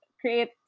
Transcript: create